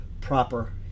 proper